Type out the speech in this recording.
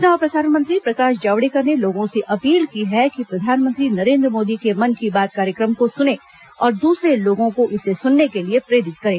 सूचना और प्रसारण मंत्री प्रकाश जावडेकर ने लोगों से अपील की है कि प्रधानमंत्री नरेंद्र मोदी के मन की बात कार्यक्रम को सुनें तथा दूसरे लोगों को इसे सुनने के लिए प्रेरित करें